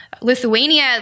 Lithuania